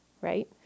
right